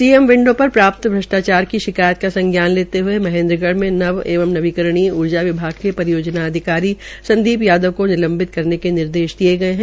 CM window पर प्राप्त भ्रष्टाचार की शिकायत का संज्ञान लेते हये महेन्द्रगढ़ में नव एवं नवीकरणीय ऊर्जा विभाग के परियोजना अधिकारी संदीप यावव को निंलवित करने के निर्देश दिये गये है